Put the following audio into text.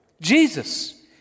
Jesus